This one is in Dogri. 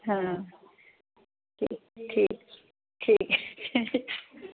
अं ठीक ठीक